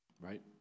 right